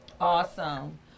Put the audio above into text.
awesome